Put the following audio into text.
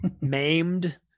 maimed